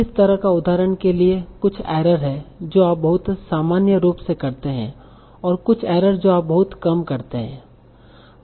किस तरह का उदाहरण के लिए कुछ एरर हैं जो आप बहुत सामान्य रूप से करते हैं और कुछ एरर जो आप बहुत कम करते हैं